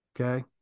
Okay